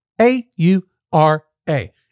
A-U-R-A